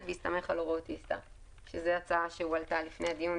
ויסתמך על הוראות ISTA." זו הצעה שהועלתה לפני הדיון,